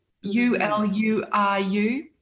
U-L-U-R-U